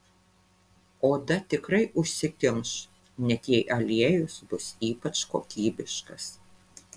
oda tikrai užsikimš net jei aliejus bus ypač kokybiškas